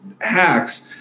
hacks